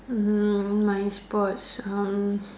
mm my sports um